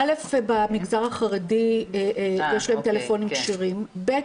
במגזר החרדי יש להם טלפונים כשרים, ב.